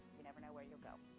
you never know where you'll go.